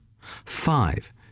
five